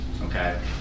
okay